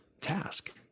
task